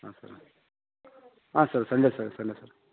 ಹಾಂ ಸರ್ ಹಾಂ ಹಾಂ sir Sunday sir Sunday sir